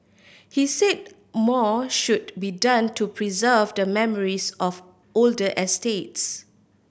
he said more should be done to preserve the memories of older estates